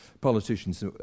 politicians